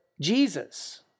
Jesus